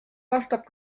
vastab